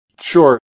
Sure